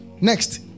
Next